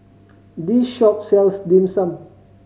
this shop sells Dim Sum